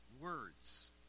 words